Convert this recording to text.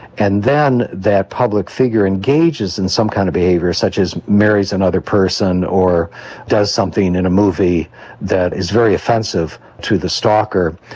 and then that public figure engages in some kind of behaviour, such as marries another person or does something in a movie that is very offensive to the stalker,